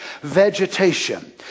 vegetation